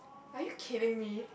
are you kidding me